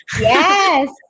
Yes